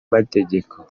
amategeko